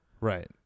Right